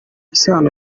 isano